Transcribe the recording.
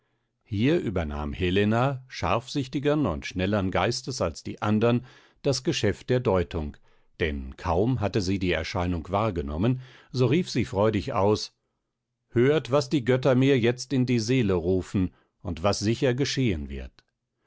hier übernahm helena scharfsichtigern und schnellern geistes als die andern das geschäft der deutung denn kaum hatte sie die erscheinung wahrgenommen so rief sie freudig aus hört was die götter mir jetzt in die seele rufen und was sicher geschehen wird